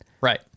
Right